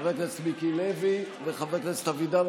חבר הכנסת מיקי לוי וחבר הכנסת אבידר.